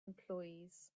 employees